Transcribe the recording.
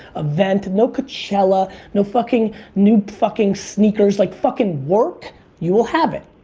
event. no coachella. no fucking new fucking sneakers. like fucking work you will have it,